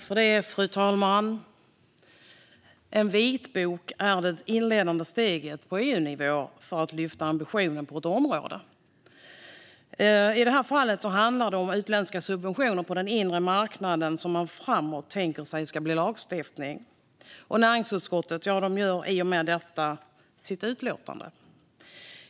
Fru talman! En vitbok är det inledande steget på EU-nivå för att lyfta ambitionen på ett område. I det här fallet handlar det om utländska subventioner på den inre marknaden, vilket man tänker sig att det framöver ska lagstiftas om. Näringsutskottet ger i och med detta sitt utlåtande.